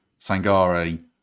Sangare